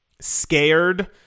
scared